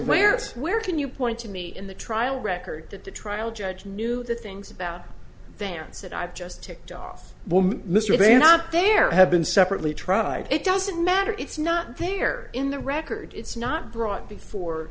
it's where can you point to me in the trial record that the trial judge knew the things about vance that i've just ticked off mr they are not there have been separately tried it doesn't matter it's not there in the record it's not brought before